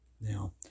Now